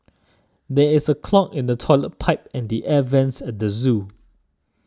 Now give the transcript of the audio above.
there is a clog in the Toilet Pipe and the Air Vents at the zoo